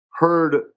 heard